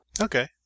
Okay